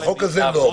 בחוק הזה לא.